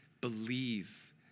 Believe